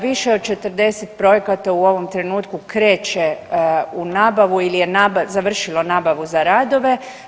Više od 40 projekata u ovom trenutku kreće u nabavu ili je završilo nabavu za radove.